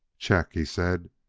check! he said.